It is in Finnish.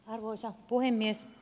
arvoisa puhemies